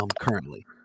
currently